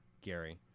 Gary